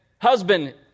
husband